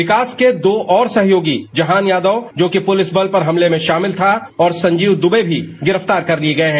विकास के दो और सहयोगी जहान यादव जोकि पुलिस बल पर हमले में शामिल था और संजीव दूबे भी गिरफ्तार कर लिये गये हैं